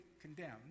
condemned